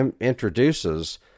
introduces